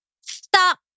Stop